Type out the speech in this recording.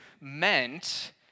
meant